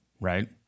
right